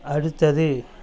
அடுத்தது